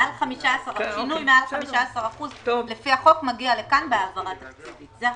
שינוי מעל 15% לפי החוק מגיע לכאן בהעברה תקציבית.